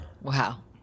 Wow